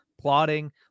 plotting